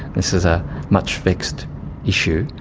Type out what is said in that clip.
this is a much vexed issue,